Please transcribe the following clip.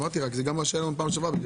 זה גם מה שהיה לנו פעם שעברה.